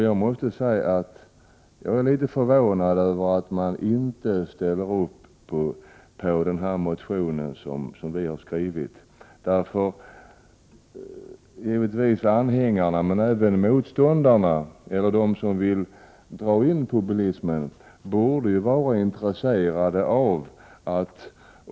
Jag måste säga att jag blev litet förvånad över att utskottet inte ställer sig bakom vår motion. Både bilismens anhängare och de som vill minska bilismen borde ju vara intresserade av en utredning.